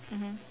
mmhmm